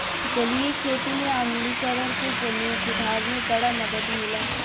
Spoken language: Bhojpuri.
जलीय खेती में आम्लीकरण के जमीन सुधार में बड़ा मदद होला